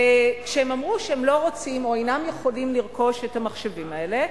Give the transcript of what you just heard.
כשהם אמרו שהם לא רוצים או לא יכולים לרכוש את המחשבים האלה,